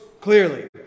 clearly